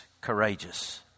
courageous